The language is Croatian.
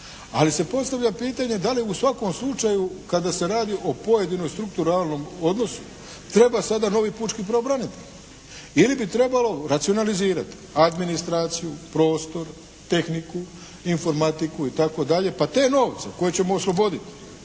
Ali se postavlja pitanje da li u svakom slučaju kada se radi o pojedinom strukturalnom odnosu treba sada novi pučki pravobranitelj ili bi trebalo racionalizirati administraciju, prostor, tehniku, informatiku itd. pa te novce koje ćemo osloboditi